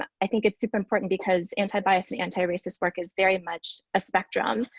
i think it's super important because antibias and antiracist work is very much a spectrum.